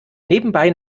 nebenbei